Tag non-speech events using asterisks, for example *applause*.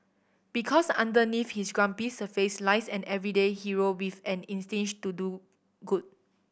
because underneath his grumpy surface lies an everyday hero with an *unintelligible* to do good